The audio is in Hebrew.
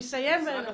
משרד החינוך,